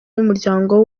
n’umuryango